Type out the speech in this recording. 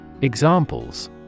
Examples